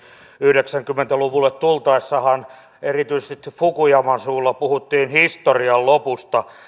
yhdeksänkymmentä luvulle tultaessahan erityisesti fukuyaman suulla puhuttiin historian lopusta